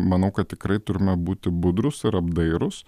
manau kad tikrai turime būti budrūs ir apdairūs